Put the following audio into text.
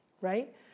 right